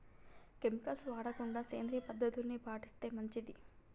chemicals వాడకుండా సేంద్రియ పద్ధతుల్ని పాటిస్తే మంచిది